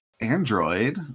android